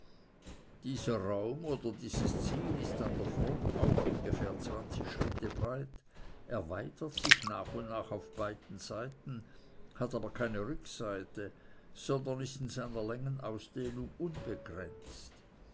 dieser raum oder dieses ziel ist an der fronte auch ungefähr zwanzig schritte breit erweitert sich nach und nach auf beiden seiten hat aber keine rückseite sondern ist in seiner längenausdehnung unbegrenzt